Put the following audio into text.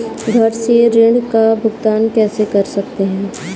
घर से ऋण का भुगतान कैसे कर सकते हैं?